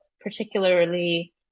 particularly